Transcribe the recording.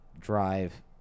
drive